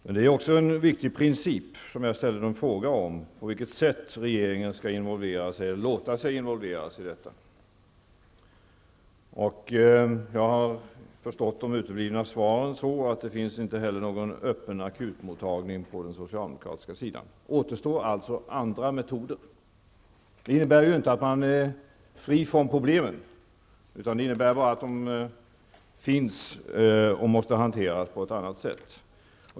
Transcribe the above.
Men det är också en viktig princip, som jag ställde en fråga om, på vilket sätt regeringen skall låta sig involveras i detta. Jag har förstått de uteblivna svaren så att det inte heller på den socialdemokratiska sidan finns någon öppen akutmottagning. Det återstår alltså andra metoder. Det innebär inte att man är fri från problemen, utan bara att de finns och måste hanteras på ett annat sätt.